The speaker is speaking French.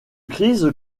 crise